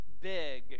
big